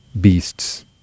beasts